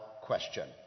question